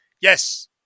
Yes